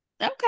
Okay